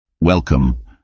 Welcome